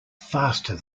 faster